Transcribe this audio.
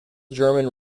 german